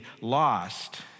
lost